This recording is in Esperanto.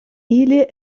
ili